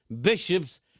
bishops